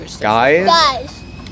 Guys